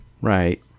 right